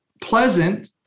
pleasant